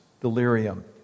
delirium